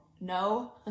no